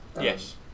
Yes